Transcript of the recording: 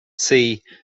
see